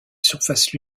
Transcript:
surface